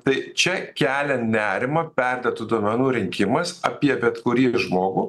tai čia kelia nerimą perdėtu duomenų rinkimas apie bet kurį žmogų